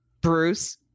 Bruce